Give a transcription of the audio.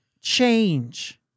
change